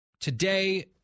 today